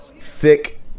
Thick